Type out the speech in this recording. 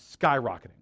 Skyrocketing